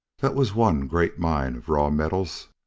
that was one great mine of raw metals,